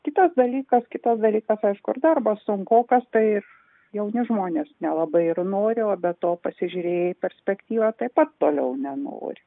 kitas dalykas kitas dalykas aišku ir darbas sunkokas tai ir jauni žmonės nelabai ir nori o be to pasižiūrėję į perspektyvą taip pat toliau nenori